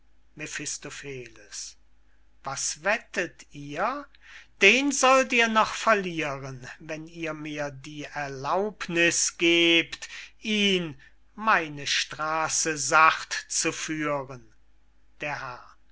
was wettet ihr den sollt ihr noch verlieren wenn ihr mir die erlaubniß gebt ihn meine straße sacht zu führen der herr